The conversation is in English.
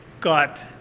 got